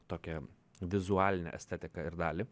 tokią vizualinę estetiką ir dalį